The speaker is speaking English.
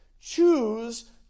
Choose